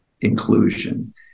inclusion